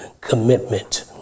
commitment